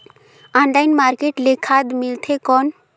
Online market ले खाद मिलथे कौन?